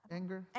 anger